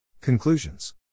Conclusions